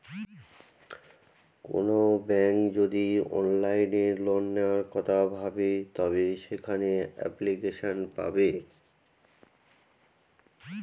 কোনো ব্যাঙ্ক যদি অনলাইনে লোন নেওয়ার কথা ভাবে তবে সেখানে এপ্লিকেশন পাবে